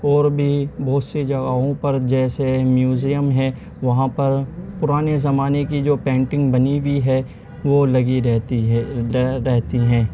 اور بھی بہت سی جگہوں پر جیسے میوزیم ہے وہاں پر پرانے زمانے کی جو پینٹنگ بنی ہوئی ہے وہ لگی رہتی ہے رہتی ہیں